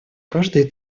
каждые